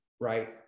right